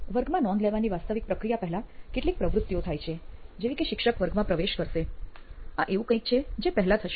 વર્ગમાં નોંધ લેવાની વાસ્તવિક પ્રક્રિયા પહેલા કેટલીક પ્રવૃતિઓ થાય છે જેવી કે શિક્ષક વર્ગમાં પ્રવેશ કરશેઆ એવું કંઈક છે જે પહેલા થશે